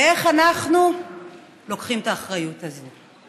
ואיך אנחנו לוקחים את האחריות הזאת?